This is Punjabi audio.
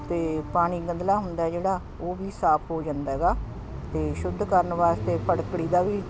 ਅਤੇ ਪਾਣੀ ਗੰਧਲਾ ਹੁੰਦਾ ਜਿਹੜਾ ਉਹ ਵੀ ਸਾਫ਼ ਹੋ ਜਾਂਦਾ ਹੈਗਾ ਅਤੇ ਸ਼ੁੱਧ ਕਰਨ ਵਾਸਤੇ ਫਟਕੜੀ ਦਾ ਵੀ